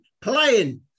playing